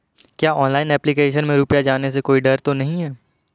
क्या online application में रुपया जाने का कोई डर तो नही है?